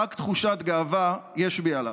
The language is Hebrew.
רק תחושת גאווה יש בי עליו,